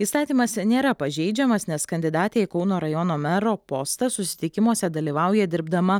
įstatymas nėra pažeidžiamas nes kandidatė į kauno rajono mero postą susitikimuose dalyvauja dirbdama